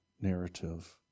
narrative